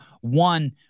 one